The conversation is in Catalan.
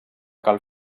cal